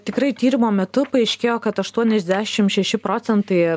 tikrai tyrimo metu paaiškėjo kad aštuoniasdešim šeši procentai